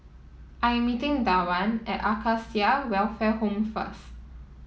I am meeting Dwan at Acacia Welfare Home first